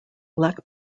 black